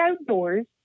outdoors